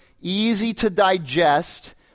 easy-to-digest